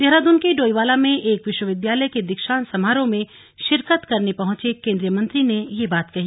देहरादून के डोईवाला में एक विश्वविद्यालय के दीक्षांत समारोह में शिरकत करने पहुंचे केंद्रीय मंत्री ने यह बात कही